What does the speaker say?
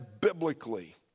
biblically